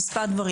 זה מספר דברים.